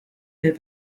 der